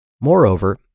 Moreover